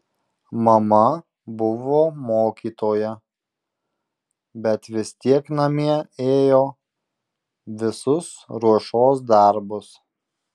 mama buvo mokytoja bet vis tiek namie ėjo visus ruošos darbus